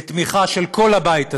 בתמיכה של כל הבית הזה,